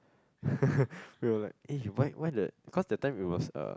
we were like eh why why the because that time it was uh